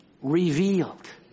revealed